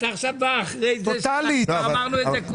אתה בא עכשיו, אחרי שכולנו אמרנו את זה?